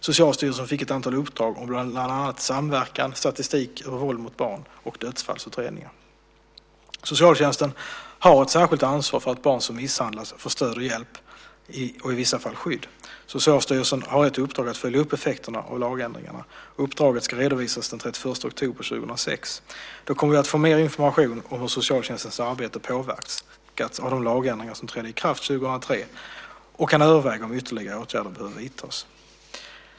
Socialstyrelsen fick ett antal uppdrag om bland annat samverkan, statistik över våld mot barn och dödsfallsutredningar. Socialtjänsten har ett särskilt ansvar för att barn som misshandlas får stöd och hjälp och i vissa fall skydd. Socialstyrelsen har ett uppdrag att följa upp effekterna av lagändringarna. Uppdraget ska redovisas den 31 oktober 2006. Då kommer vi att få mer information om hur socialtjänstens arbete påverkats av de lagändringar som trädde i kraft 2003 och kan överväga om ytterligare åtgärder behöver vidtas.